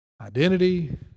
identity